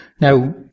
Now